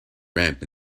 ramp